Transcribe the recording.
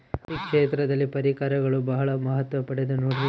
ಕೃಷಿ ಕ್ಷೇತ್ರದಲ್ಲಿ ಪರಿಕರಗಳು ಬಹಳ ಮಹತ್ವ ಪಡೆದ ನೋಡ್ರಿ?